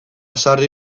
sarri